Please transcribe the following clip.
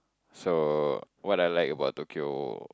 so what I like about Tokyo